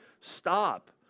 stop